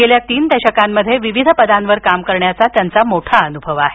गेल्या तीन दशकांमध्ये विविध पदांवर काम करण्याचा त्यांना मोठा अनुभव आहे